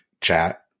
chat